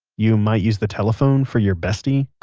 you might use the telephone for your bestie.